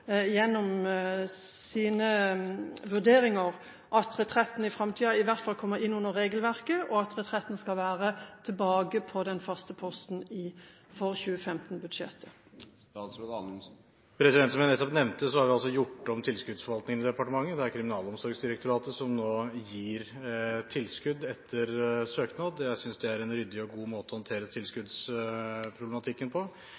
at Retretten i framtida i hvert fall kommer inn under regelverket, og at Retretten skal være tilbake på den faste posten i 2015-budsjettet. Som jeg nettopp nevnte, har vi gjort om tilskuddsforvaltningen i departementet. Det er Kriminalomsorgsdirektoratet som nå gir tilskudd etter søknad. Jeg synes det er en ryddig og god måte å håndtere tilskuddsproblematikken på.